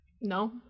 No